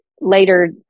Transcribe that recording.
later